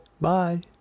bye